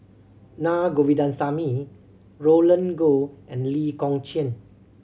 Naa Govindasamy Roland Goh and Lee Kong Chian